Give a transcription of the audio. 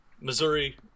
Missouri –